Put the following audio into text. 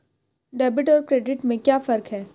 Debit और credit में क्या फर्क है?